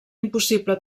impossible